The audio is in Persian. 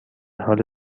حال